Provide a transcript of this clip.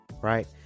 right